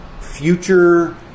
future